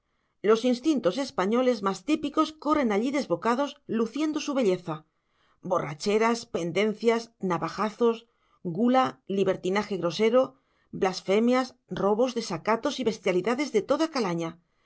los instintos españoles más típicos corren allí desbocados luciendo su belleza borracheras pendencias navajazos gula libertinaje grosero blasfemias robos desacatos y bestialidades de toda calaña